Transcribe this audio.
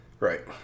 Right